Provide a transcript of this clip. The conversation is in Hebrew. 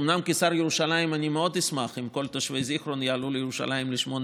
אומנם כשר ירושלים אני מאוד אשמח אם כל תושבי זיכרון יעלו לירושלים לשמונה